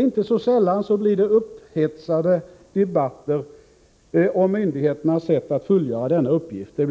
Inte så sällan blir det upphetsade debatter även här i riksdagen om myndigheternas sätt att fullgöra denna uppgift. Det